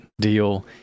deal